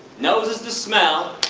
noses to smell,